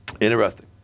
Interesting